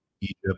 Egypt